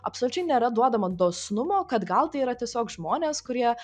absoliučiai nėra duodama dosnumo kad gal tai yra tiesiog žmonės kurie